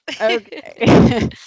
Okay